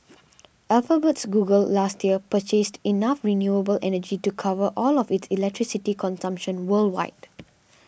Alphabet's Google last year purchased enough renewable energy to cover all of its electricity consumption worldwide